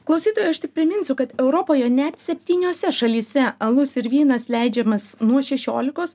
klausytojui aš tik priminsiu kad europoje net septyniose šalyse alus ir vynas leidžiamas nuo šešiolikos